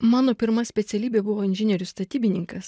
mano pirma specialybė buvo inžinierius statybininkas